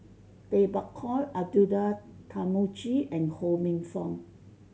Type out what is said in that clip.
Tay Bak Koi Abdullah Tarmugi and Ho Minfong